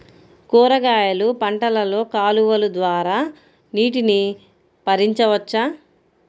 కూరగాయలు పంటలలో కాలువలు ద్వారా నీటిని పరించవచ్చా?